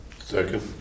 Second